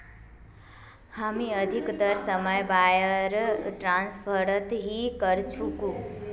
हामी अधिकतर समय वायर ट्रांसफरत ही करचकु